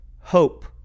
Hope